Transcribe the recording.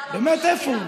באמת, איפה הוא?